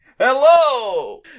Hello